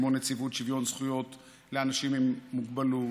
כמו נציבות שוויון זכויות לאנשים עם מוגבלות,